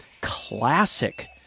classic